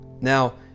now